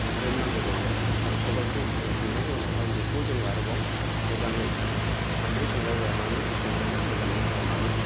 हुख्रेम नांगौ जायो आरो सबाइखौ हुख्रेम खांनायनि उनावहाय बेखौ जों आरोबाव मोजाङै सानद्रि संग्राइ लानानै संग्राइजों मोजाङै जावनानै